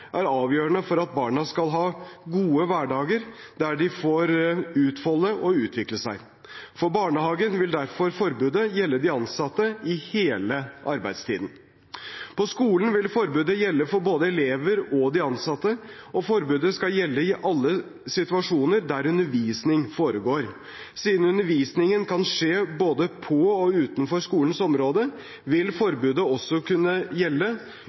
er avgjørende for at barna skal ha gode hverdager der de får utfolde seg og utvikle seg. For barnehagen vil derfor forbudet gjelde de ansatte i hele arbeidstiden. På skolen vil forbudet gjelde for både elever og de ansatte, og forbudet skal gjelde i alle situasjoner der undervisning foregår. Siden undervisningen kan skje både på og utenfor skolens område, vil forbudet også kunne gjelde